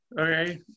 okay